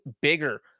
bigger –